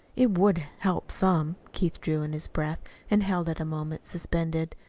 it would help some. keith drew in his breath and held it a moment suspended.